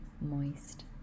Moist